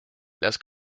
las